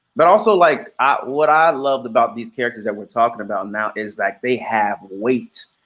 but also like ah what i loved about these characters that we're talking about now is that they have weight.